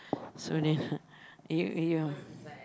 so they ya